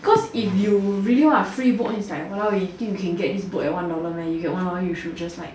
cause if you really want a free book then it's like !walao! eh you think you can this book at one dollar meh you get one dollar you should just like